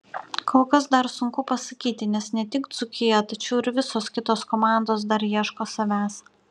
kol kas dar sunku pasakyti nes ne tik dzūkija tačiau ir visos kitos komandos dar ieško savęs